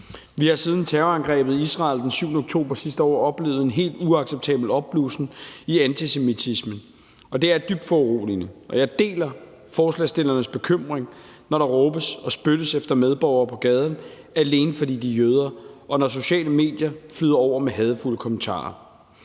Vi har siden terrorangrebet i Israel den 7. oktober sidste år oplevet en helt uacceptabel opblussen i antisemitismen, og det er dybt foruroligende, og jeg deler forslagsstillernes bekymring, når der råbes og spyttes efter medborgere på gaden, alene fordi de er jøder, og når sociale medier flyder over med hadefulde kommentarer.